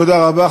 תודה רבה,